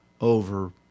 over